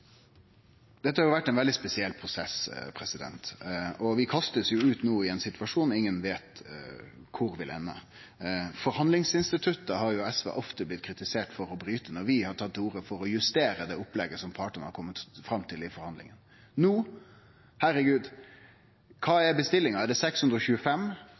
Dette har vore ein veldig spesiell prosess, og vi blir no kasta ut ein situasjon som ingen veit kvar vil ende. SV har ofte blitt kritisert for å svekkje forhandlingsinstituttet når vi har tatt til orde for å justere det opplegget som partane har kome fram til i forhandlingar. Herregud – kva er no bestillinga? Er det 625